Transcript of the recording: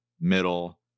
middle